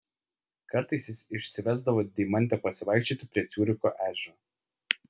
kartais jis išsivesdavo deimantę pasivaikščioti prie ciuricho ežero